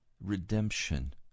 redemption